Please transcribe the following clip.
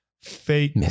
fake